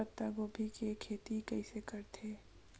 पत्तागोभी के खेती कइसे करथे?